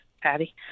Patty